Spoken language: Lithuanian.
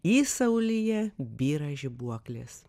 įsaulyje byra žibuoklės